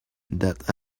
that